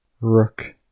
Rook